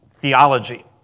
theology